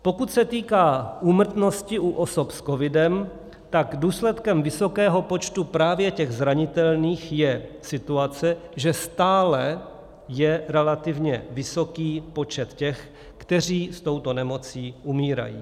Pokud se týká úmrtnosti u osob s covidem, tak důsledkem vysokého počtu právě těch zranitelných je situace, že stále je relativně vysoký počet těch, kteří s touto nemocí umírají.